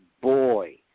boy